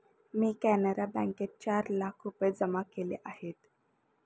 मी कॅनरा बँकेत चार लाख रुपये जमा केले आहेत